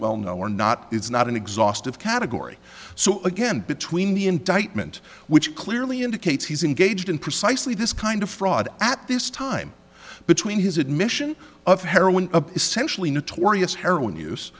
well know are not it's not an exhaustive category so again between the indictment which clearly indicates he's engaged in precisely this kind of fraud at this time between his admission of heroin essentially notorious heroin use